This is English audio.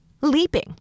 leaping